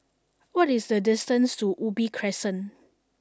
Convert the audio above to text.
what is the distance to Ubi Crescent